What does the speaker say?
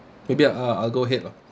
maybe I I'll go ahead lah